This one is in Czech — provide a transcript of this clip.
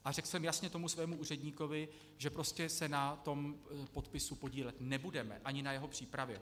A řekl jsem jasně tomu svému úředníkovi, že se na tom podpisu podílet nebudeme, ani na jeho přípravě.